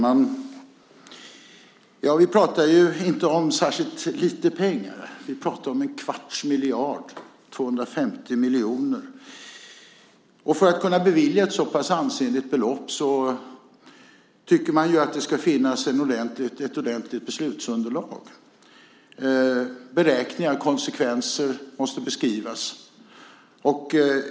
Herr talman! Vi pratar ju inte om särskilt lite pengar. Vi pratar om en kvarts miljard, 250 miljoner. Och för att kunna bevilja ett så pass ansenligt belopp tycker man ju att det ska finnas ett ordentligt beslutsunderlag och beräkningar. Konsekvenser måste beskrivas.